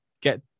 get